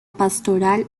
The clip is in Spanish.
pastoral